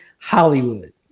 hollywood